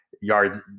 yards